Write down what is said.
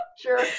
sure